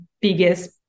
biggest